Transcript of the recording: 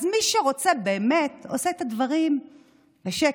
אז מי שרוצה באמת עושה את הדברים בשקט,